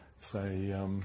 say